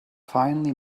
finally